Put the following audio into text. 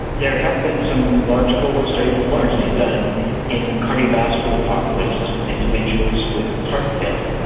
there have been some large cohort studies, largely done in cardiovascular populations, individuals with heart failure,